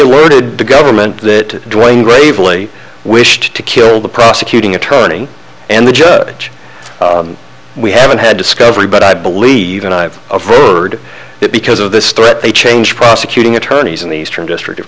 awarded the government that duane gravely wished to kill the prosecuting attorney and the judge we haven't had discovery but i believe and i've heard that because of this threat they changed prosecuting attorneys in the eastern district of